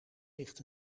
ligt